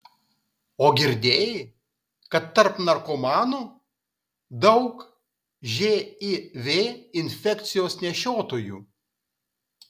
o girdėjai kad tarp narkomanų daug živ infekcijos nešiotojų